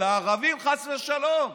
לערבים, חס ושלום.